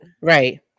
Right